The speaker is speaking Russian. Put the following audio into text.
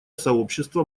сообщество